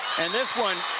and this one,